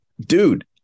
dude